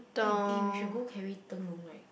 eh eh we should go carry 灯笼 right